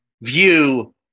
view